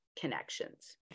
connections